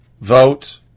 vote